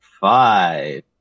five